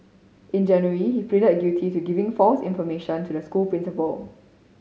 in January he pleaded guilty to giving false information to the school principal